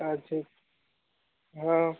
अच्छे हँ